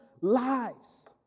lives